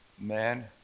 man